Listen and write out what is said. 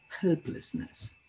helplessness